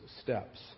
steps